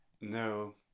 no